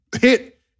hit